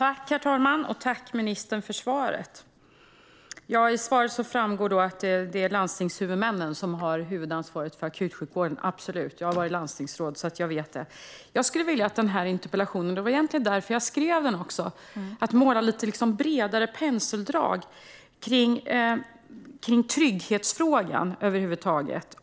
Herr talman! Tack, ministern, för svaret! Av svaret framgår det att det är landstingshuvudmännen som har huvudansvaret för akutsjukvården. Absolut! Jag har varit landstingsråd, så jag vet det. Jag skulle vilja - det var också därför jag skrev interpellationen - att ministern målar med lite bredare penseldrag i trygghetsfrågan över huvud taget.